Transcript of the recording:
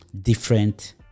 different